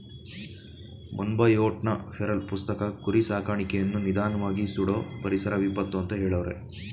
ಮೊನ್ಬಯೋಟ್ನ feral ಪುಸ್ತಕ ಕುರಿ ಸಾಕಾಣಿಕೆಯನ್ನು ನಿಧಾನ್ವಾಗಿ ಸುಡೋ ಪರಿಸರ ವಿಪತ್ತು ಅಂತ ಹೆಳವ್ರೆ